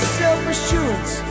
self-assurance